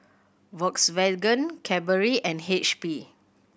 Volkswagen Cadbury and H P